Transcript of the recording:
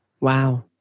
Wow